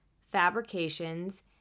fabrications